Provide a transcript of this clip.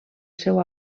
seu